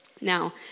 Now